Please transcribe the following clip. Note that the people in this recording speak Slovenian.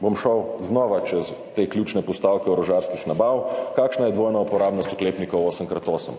bom šel čez te ključne postavke orožarskih nabav. Kakšna je dvojna uporabnost oklepnikov 8x8?